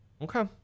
Okay